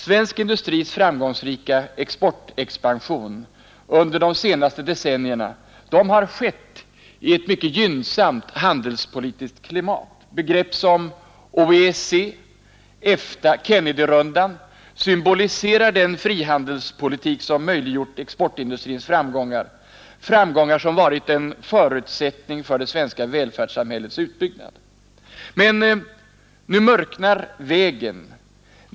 Svensk industris framgångsrika exportexpansion under de senaste decennierna har skett i ett mycket gynnsamt handelspolitiskt klimat. Begrepp som OEEC, EFTA och Kennedyrundan symboliserar den frihandelspolitik som möjliggjort exportindustrins framgångar, framgångar som varit en förutsättning för det svenska välfärdssamhällets utbyggnad. Men nu mörknar det över vägen.